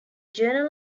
journal